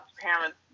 parents